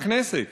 בכנסת?